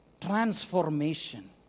Transformation